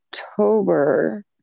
October